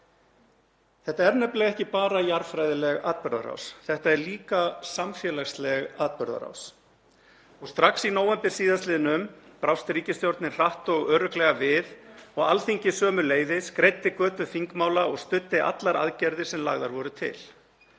Þetta er nefnilega ekki bara jarðfræðileg atburðarás, þetta er líka samfélagsleg atburðarás. Strax í nóvember síðastliðnum brást ríkisstjórnin hratt og örugglega við og Alþingi sömuleiðis greiddi götu þingmála og studdi allar aðgerðir sem lagðar voru til.